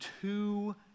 two